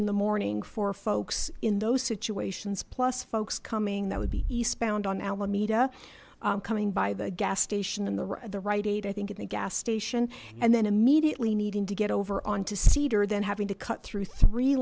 in the morning for folks in those situations plus folks coming that would be eastbound on alameda coming by the gas station and the rite aid i think in the gas station and then immediately needing to get over onto cedar than having to cut through three